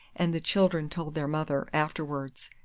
and the children told their mother, afterwards,